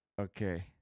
Okay